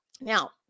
now